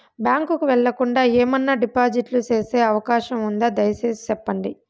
Bank కు వెళ్లకుండా, ఏమన్నా డిపాజిట్లు సేసే అవకాశం ఉందా, దయసేసి సెప్పండి?